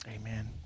Amen